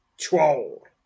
Troll